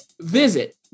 visit